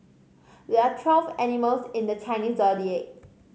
there are twelve animals in the Chinese Zodiac